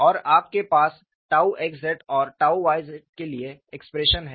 और आपके पास xz और yz के लिए एक्सप्रेशन है